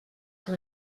que